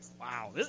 Wow